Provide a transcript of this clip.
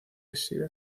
exhibe